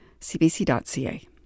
cbc.ca